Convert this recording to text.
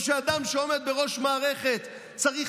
או שאדם שעומד בראש מערכת צריך